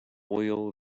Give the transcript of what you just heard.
oil